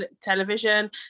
television